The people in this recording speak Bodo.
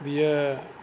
बियो